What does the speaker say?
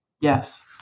Yes